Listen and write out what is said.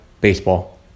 baseball